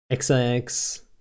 xix